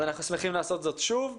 אנחנו שמחים לעשות זאת שוב,